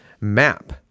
map